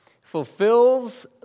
fulfills